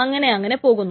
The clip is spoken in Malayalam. അങ്ങനെ അങ്ങനെ പോകുന്നു